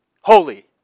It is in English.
Holy